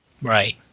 Right